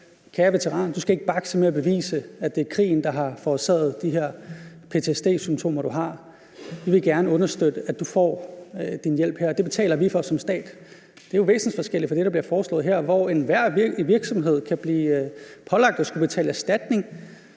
Kære veteran, du skal ikke bakse med at bevise, at det er krigen, der har forårsaget de her ptsd-symptomer, du har; vi vil gerne understøtte, at du får din hjælp her, og det betaler vi for som stat. Det er jo væsensforskelligt fra det, der bliver foreslået her, hvor enhver virksomhed kan blive pålagt at skulle betale erstatning,